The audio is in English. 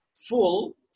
full